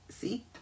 See